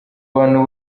bantu